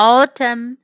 Autumn